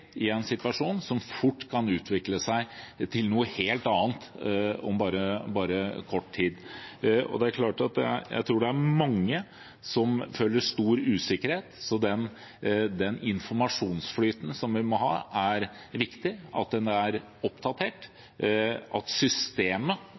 i en situasjon som fort kan utvikle seg til noe helt annet om bare kort tid. Jeg tror det er mange som føler stor usikkerhet, så den informasjonsflyten vi må ha, er viktig – at den er oppdatert,